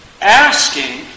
asking